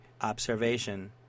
observation